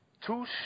two